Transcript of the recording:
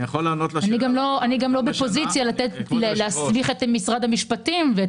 אני גם לא בפוזיציה להסמיך את משרד המשפטים ואת